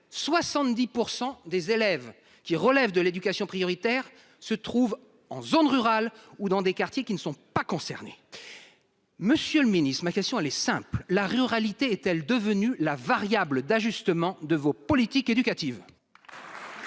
70% des élèves qui relève de l'éducation prioritaire, se trouve en zone rurale ou dans des quartiers qui ne sont pas concernés. Monsieur le Ministre, ma question elle est simple, la ruralité est-elle devenue la variable d'ajustement de vos politique éducative.